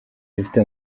dufite